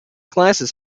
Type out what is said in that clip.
classes